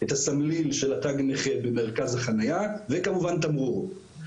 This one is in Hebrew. את הסמליל של תג הנכה במרכז החניה וכמובן תמרור.